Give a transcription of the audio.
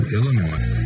Illinois